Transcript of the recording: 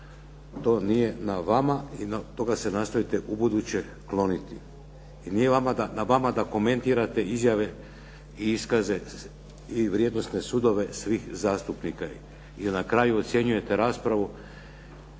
To nije na vama i toga se nastojite ubuduće kloniti i nije na vama da komentirate izjave i iskaze i vrijednosne sudove svih zastupnika i na kraju ocjenjujete raspravu